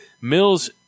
Mills